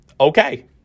Okay